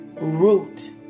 root